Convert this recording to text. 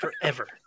forever